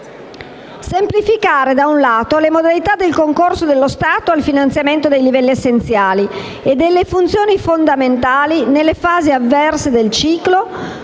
semplificare, da un lato, le modalità del concorso dello Stato al finanziamento dei livelli essenziali e delle funzioni fondamentali nelle fasi avverse del ciclo